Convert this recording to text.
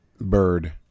bird